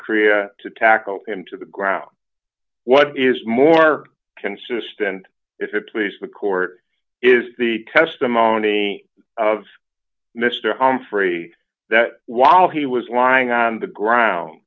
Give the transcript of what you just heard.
korea to tackle him to the ground what is more consistent if it please the court is the testimony of mr humphrey that while he was lying on the ground